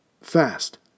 fast